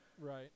right